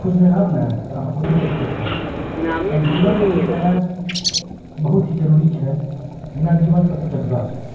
खुश नहि रहब ने तऽ अहाँ कुछोसँ खुश नहि रहब किआकि जीवनमे खुश रहनाइ बहुत ही जरूरी छै बिना जीवन सबकिछु अधूरा छै